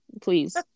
please